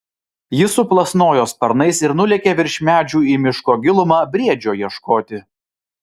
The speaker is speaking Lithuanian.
jis suplasnojo sparnais ir nulėkė virš medžių į miško gilumą briedžio ieškoti